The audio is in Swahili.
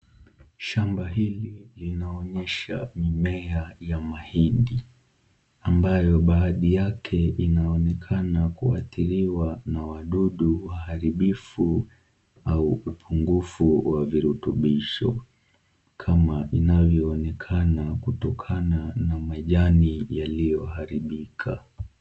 Shamba hili linaonyesha mimea ya mahindi ambayo baadhi yake inaonekana kuathiriwa na wadudu waharibifu au upungufu wa virutubisho kama inavyoonekana kutokana na majani yaliyoharibika.